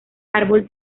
árbol